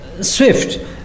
Swift